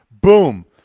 boom